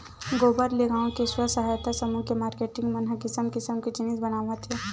गोबर ले गाँव के स्व सहायता समूह के मारकेटिंग मन ह किसम किसम के जिनिस बनावत हे